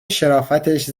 شرافتش